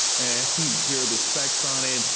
and here are the specs on it.